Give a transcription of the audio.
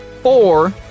four